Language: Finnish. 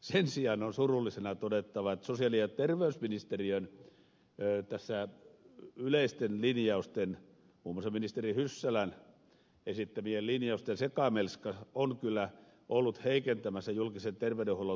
sen sijaan on surullisena todettava että sosiaali ja terveysministeriön yleisten linjausten muun muassa ministeri hyssälän esittämien linjausten sekamelska on kyllä ollut heikentämässä julkisen terveydenhuollon tulevaisuuden näkymiä